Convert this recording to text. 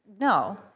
No